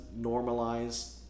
normalize